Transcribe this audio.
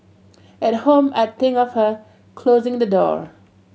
at home I'd think of her closing the door